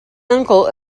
uncle